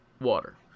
water